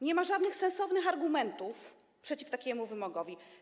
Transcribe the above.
Nie ma żadnych sensownych argumentów przeciw takiemu wymogowi.